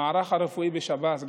המערך הרפואי בשב"ס,